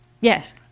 Yes